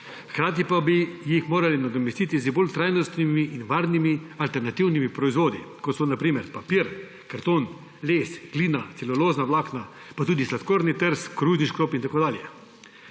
hkrati pa bi jih morali nadomestiti z bolj trajnostnimi in varnimi alternativnimi proizvodi, kot so na primer papir, karton, les, glina, celulozna vlakna, pa tudi sladkorni trs, koruzni škrob in tako dalje.